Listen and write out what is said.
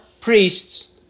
priests